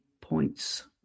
points